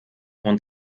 und